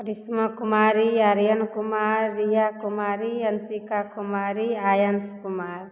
Karishma Kumari Aryan Kumar Riya Kumari Anshika Kumari Ayansh Kumar